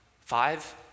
Five